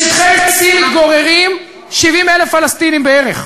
בשטחי C מתגוררים 70,000 פלסטינים בערך,